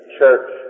church